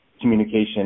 communication